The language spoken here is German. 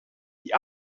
die